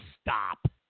stop